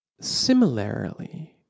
Similarly